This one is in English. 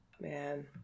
man